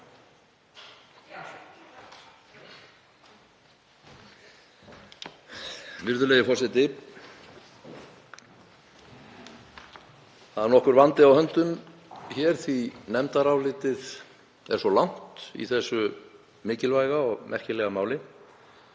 Virðulegi forseti. Það er nokkur vandi á höndum því að nefndarálitið er svo langt í þessu mikilvæga og merkilega máli.